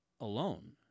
alone